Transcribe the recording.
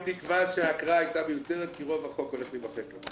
כולי תקווה שההקראה היתה מיותרת כי רוב החוק הולך להימחק.